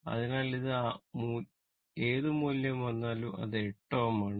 അതിനാൽ ഏത് മൂല്യം വന്നാലും അത് 8 Ω ആണ്